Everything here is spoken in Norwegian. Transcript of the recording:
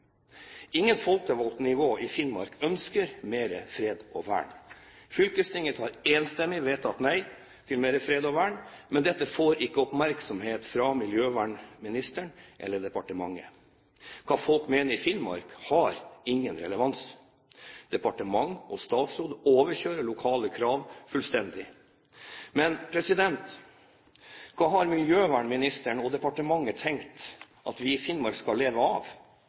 Ingen folkevalgte nivå i Finnmark ønsker mer fredning og vern. Fylkestinget har enstemmig sagt nei til mer fredning og vern, men dette får ikke oppmerksomhet fra miljøvernministeren eller fra departementet. Hva folk i Finnmark mener, har ingen relevans. Departementet og statsråden overkjører lokale krav fullstendig. Men hva har miljøvernministeren og departementet tenkt at vi i Finnmark skal leve av?